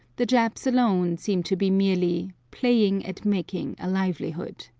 the japs alone seem to be merely playing at making a livelihood.